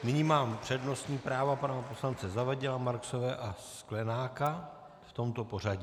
Nyní mám přednostní práva pana poslance Zavadila, Marksové a Sklenáka v tomto pořadí.